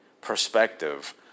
perspective